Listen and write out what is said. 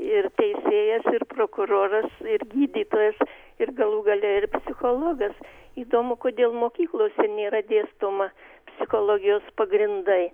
ir teisėjas ir prokuroras ir gydytojas ir galų gale ir psichologas įdomu kodėl mokyklose nėra dėstoma psichologijos pagrindai